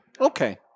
Okay